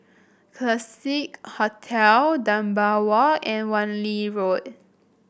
Classique Hotel Dunbar Walk and Wan Lee Road